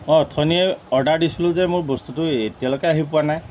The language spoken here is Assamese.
মই অথনিয়ে অৰ্ডাৰ দিছিলোঁ যে মোৰ বস্তুটো এতিয়ালৈকে আহি পোৱা নাই